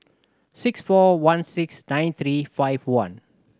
six four one six nine three five one